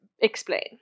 explain